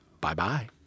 Bye-bye